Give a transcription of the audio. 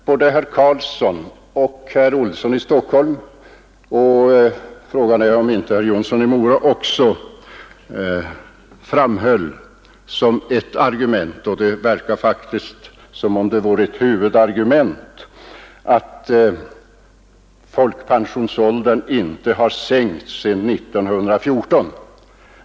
Både herr Carlsson i Vikmanshyttan och herr Olsson i Stockholm, och kanske också herr Jonsson i Mora, framhöll som ett argument — och det verkar faktiskt som om det vore ett huvudargument — att folkpensionsåldern inte har sänkts sedan år 1914.